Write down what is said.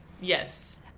Yes